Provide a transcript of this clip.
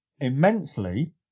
immensely